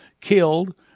killed